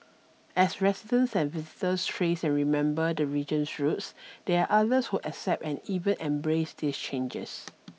as residents and visitors trace and remember the region's roots there are others who accept and even embrace these changes